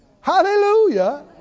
Hallelujah